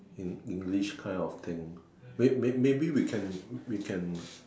in English kind of thing may may maybe we can we can